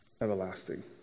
everlasting